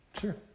Sure